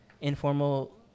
informal